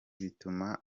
bituma